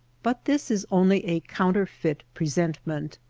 but this is only a counter feit presentment.